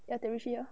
ya therachi ya